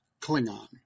Klingon